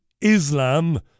Islam